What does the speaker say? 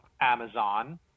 Amazon